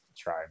try